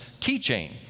keychain